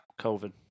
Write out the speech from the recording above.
COVID